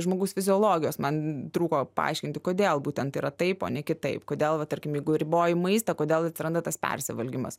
žmogaus fiziologijos man trūko paaiškinti kodėl būtent yra taip o ne kitaip kodėl va tarkim jeigu riboji maistą kodėl atsiranda tas persivalgymas